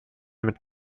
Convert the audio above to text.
mit